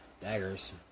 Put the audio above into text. daggers